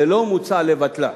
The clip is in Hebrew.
ולא מוצע לבטלה,